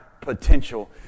potential